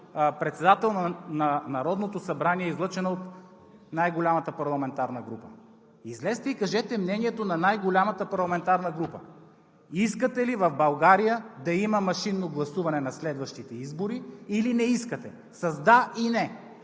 председател на Народното събрание, излъчено от най-голямата парламентарна група: излезте и кажете мнението на най-голямата парламентарна група искате ли в България да има машинно гласуване на следващите избори, или не искате – с „да“ и „не“?